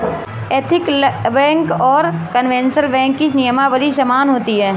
ethical bank और conventional bank की नियमावली समान होती है